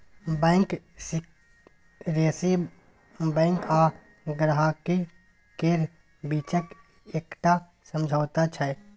bank secrecy bank आ गांहिकी केर बीचक एकटा समझौता छै